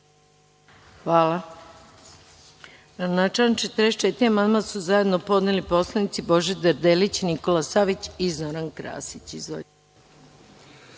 Hvala.